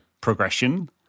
progression